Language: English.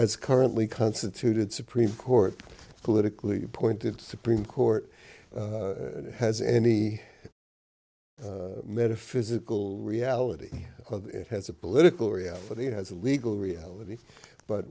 as currently constituted supreme court politically appointed supreme court has any metaphysical reality of it has a political reality has a legal reality but